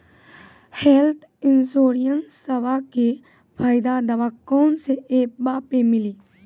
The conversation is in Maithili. हेल्थ इंश्योरेंसबा के फायदावा कौन से ऐपवा पे मिली?